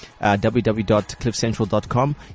www.cliffcentral.com